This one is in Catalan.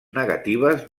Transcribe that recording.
negatives